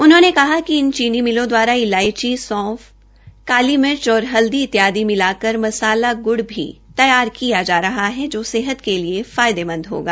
उन्होंने कहा कि इन चीनी मिलों द्वारा इलायची सौंफ काली मिर्च और हल्दी इत्यादि मिला कर मसाला गुड़ भी तैयार किया जा रहा है जो सेहत के लिए फायदेमंद होगा